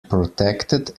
protected